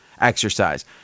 exercise